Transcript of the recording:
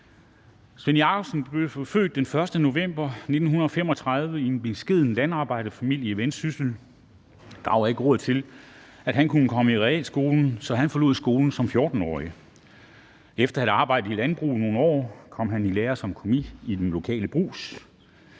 Svend Jakobsen blev født den 1. november 1935 i en beskeden landarbejderfamilie i Vendsyssel. Der var ikke råd til, at han kunne komme i realskolen, så han forlod skolen som 14-årig. Efter at have arbejdet i landbruget nogle år kom han i lære som kommis i den lokale brugs.